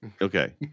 Okay